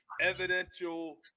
evidential